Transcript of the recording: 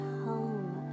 home